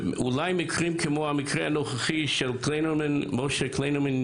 אולי מקרים כמו המקרה הנוכחי של משה קליינרמן,